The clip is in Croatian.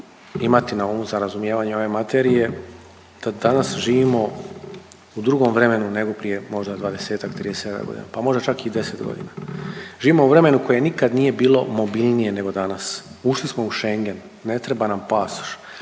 imati na umu za razumijevanje ove materije da danas živimo u drugom vremenu nego prije možda 20-ak, 30-ak godina, pa možda čak i 10 godina. Živimo u vremenu koje nikad nije bilo mobilnije nego danas. Ušli smo u Schengen, ne treba nam pasoš.